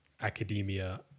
academia